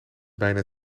bijna